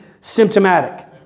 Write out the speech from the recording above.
symptomatic